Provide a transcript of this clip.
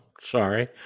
Sorry